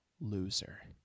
loser